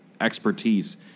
expertise